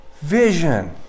vision